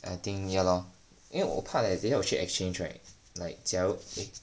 I think ya lor 因为我 leh 等一下我去 exchange right like 假如